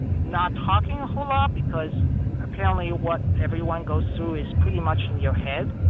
not talking a whole lot because apparently what everyone goes through is pretty much in your head